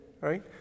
right